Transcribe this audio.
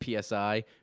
PSI